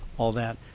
all that.